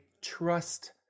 trust